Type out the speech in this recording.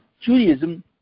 Judaism